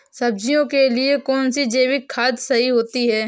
सब्जियों के लिए कौन सी जैविक खाद सही होती है?